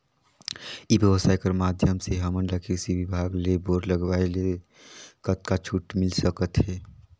ई व्यवसाय कर माध्यम से हमन ला कृषि विभाग ले बोर लगवाए ले कतका छूट मिल सकत हे?